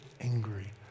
angry